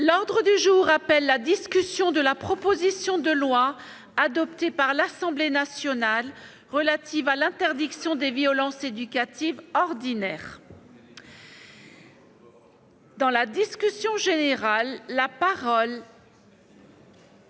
L'ordre du jour appelle la discussion de la proposition de loi, adoptée par l'Assemblée nationale, relative à l'interdiction des violences éducatives ordinaires (proposition n° 168, texte